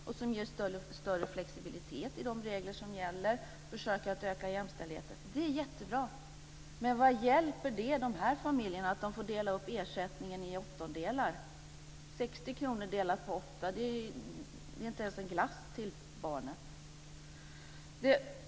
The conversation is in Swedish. Den ger större flexibilitet i de regler som gäller och försöker öka jämställdheten. Det är jättebra. Men vad hjälper det de här familjerna att de får dela upp ersättningen i åttondelar? 60 kr delat med åtta är inte ens en glass till barnen.